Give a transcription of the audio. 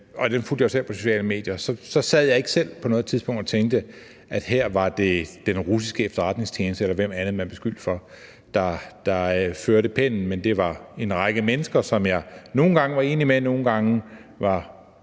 ikke altid alt krystalklart, så sad jeg ikke selv på noget tidspunkt og tænkte, at her var det den russiske efterretningstjeneste, eller hvem andre man beskyldte, der førte pennen, men det var en række mennesker, som jeg nogle gange var enig med og nogle gange var